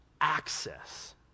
access